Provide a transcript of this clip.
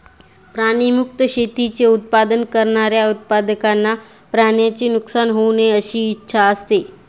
प्राणी मुक्त शेतीचे उत्पादन करणाऱ्या उत्पादकांना प्राण्यांचे नुकसान होऊ नये अशी इच्छा असते